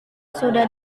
sudah